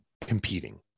competing